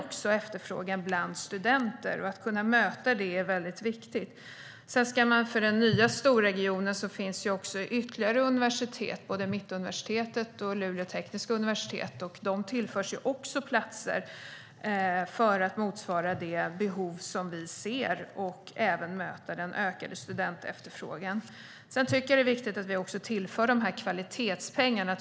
Också efterfrågan bland studenter ökar, och att kunna möta detta är väldigt viktigt. För den nya storregionen finns också ytterligare universitet - Mittuniversitetet och Luleå tekniska universitet - och de tillförs också platser för att motsvara det behov vi ser och även möta den ökade studentefterfrågan. Sedan tycker jag att det är viktigt att vi också tillför de här kvalitetspengarna.